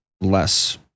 less